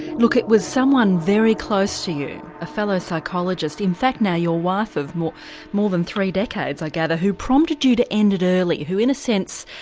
look, it was someone very close to you, a fellow psychologist, in fact now your wife of more more than three decades i gather, who prompted you to end it early. who, in a sense,